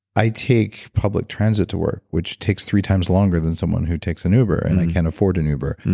i take public transit to work, which takes three times longer than someone who takes an uber and i can't afford an uber.